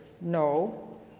No